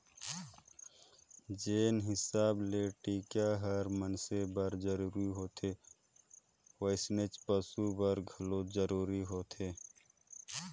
जेन हिसाब ले टिका हर मइनसे बर जरूरी होथे वइसनेच पसु बर घलो जरूरी होथे